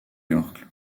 york